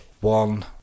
one